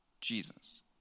Jesus